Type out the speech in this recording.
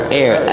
air